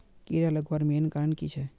कीड़ा लगवार मेन कारण की छे?